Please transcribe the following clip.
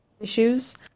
issues